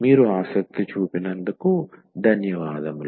మీరు ఆసక్తి చూపినందుకు ధన్యవాదము